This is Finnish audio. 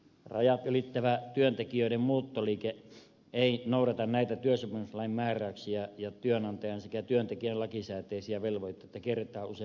rajat ylittävä työntekijöiden muuttoliike ei noudata näitä työsopimuslain määräyksiä ja työnantajan sekä työntekijän lakisääteisiä velvoitteita kierretään usein eri keinoin